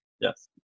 Yes